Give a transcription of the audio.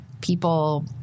people